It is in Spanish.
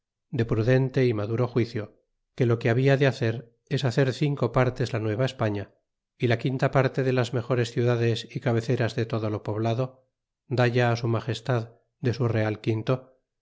de prudente y maduro juicio que lo kitt habla de hacer es hacer cinco partes la lliera espafia y la quinta parte de las mejores eindades y cabeceras de todo lo poblado dalla su'fagestad de su real quinto